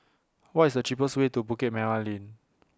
What IS The cheapest Way to Bukit Merah Lane